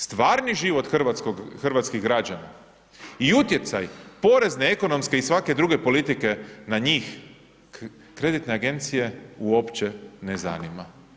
Stvarni život hrvatskih građana i utjecaj porezne, ekonomske i svake druge politike na njih kreditne agencije uopće ne zanima.